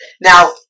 now